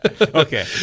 Okay